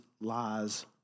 lies